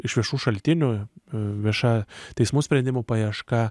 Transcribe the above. iš viešų šaltinių vieša teismų sprendimų paieška